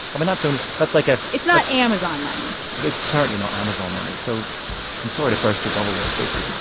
i mean, that's only that's like a. it's not amazon money it's certainly not amazon money, so i'm sorry to burst your bubble there, stacey